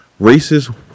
racist